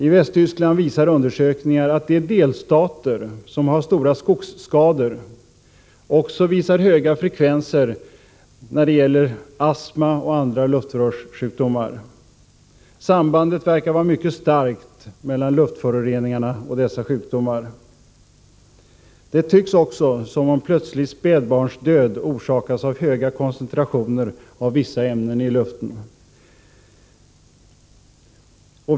I Västtyskland visar undersökningar att de delstater som har stora skogsskador också visar höga frekvenser av astma och andra luftrörssjukdomar. Sambandet mellan luftföroreningarna och dessa sjukdomar verkar vara mycket starkt. Det tycks också som om plötslig spädbarnsdöd orsakas av höga koncentrationer av vissa ämnen i luften.